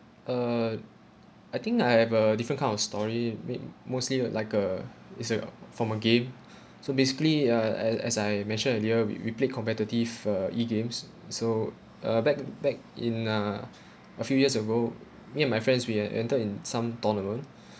uh I think I have a different kind of story made mostly like uh is a from a game so basically I I as I mentioned earlier we we played competitive uh E games s~ so uh back back in uh a few years ago me and my friends we en~ entered in some tournament